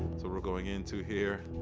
so we're going into here,